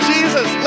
Jesus